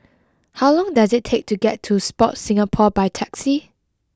how long does it take to get to Sport Singapore by taxi